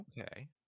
Okay